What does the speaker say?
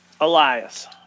Elias